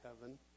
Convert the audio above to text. heaven